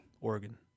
oregon